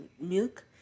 milk